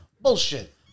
Bullshit